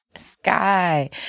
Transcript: sky